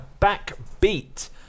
backbeat